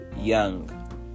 young